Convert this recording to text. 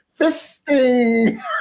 fisting